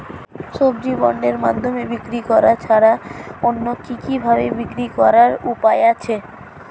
সবজি বন্ডের মাধ্যমে বিক্রি করা ছাড়া অন্য কি কি ভাবে বিক্রি করার উপায় আছে?